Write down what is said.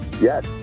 Yes